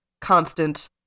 constant